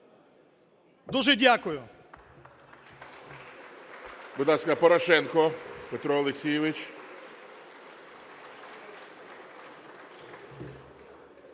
Дуже дякую.